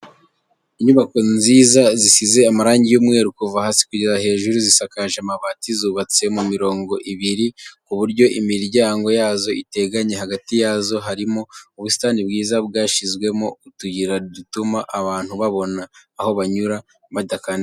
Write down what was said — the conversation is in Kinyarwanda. Inyubako nziza zisize amarangi y'umweru kuva hasi kugera hejuru, zisakaje amabati, zubatse mu mirongo ibiri ku buryo imiryango yazo iteganye, hagati yazo harimo ubusitani bwiza bwashyizwemo utuyira dutuma abantu babona aho banyura badakandagiye mu busitani.